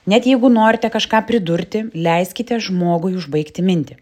net jeigu norite kažką pridurti leiskite žmogui užbaigti mintį